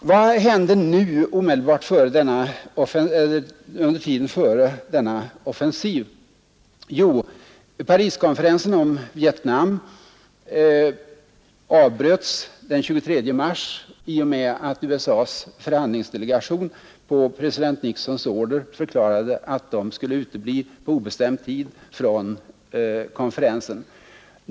Vad har hänt under tiden omedelbart före denna offensiv? Jo, Pariskonferensen om Vietnam avbröts den 23 mars i och med att USA:s förhandlingsdelegation på president Nixons order förklarade att den skulle utebli på obestämd tid från konferensen.